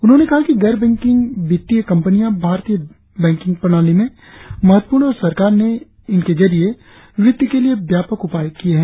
उन्होंने कहा कि गैर बैंकिंग वित्तीय कंपनियां भारतीय बैंकिंग प्रणाली में महत्वपूर्ण है और सरकार ने इनके जरिये वित्त के लिए व्यापक उपाय किये है